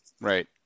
Right